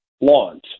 lawns